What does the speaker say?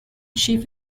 chief